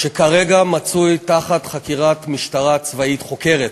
שכרגע נמצא בחקירת משטרה צבאית חוקרת.